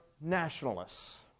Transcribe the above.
nationalists